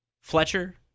Fletcher